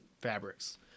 fabrics